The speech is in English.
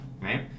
right